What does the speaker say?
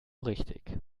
richtig